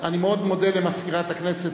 אני מאוד מודה למזכירת הכנסת,